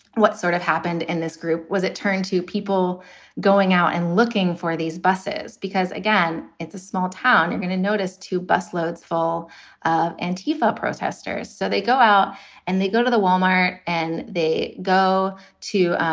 what's sort of happened in this group was it turned to people going out and looking for these buses because, again, it's a small town going to notice two bus loads fall ah and tifa protesters. so they go out and they go to the walmart and they go to,